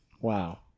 wow